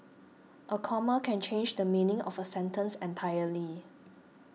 a comma can change the meaning of a sentence entirely